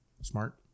Smart